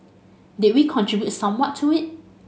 did we contribute somewhat to it